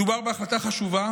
מדובר בהחלטה חשובה,